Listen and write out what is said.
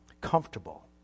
comfortable